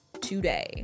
today